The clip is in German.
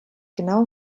genau